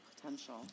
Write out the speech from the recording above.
potential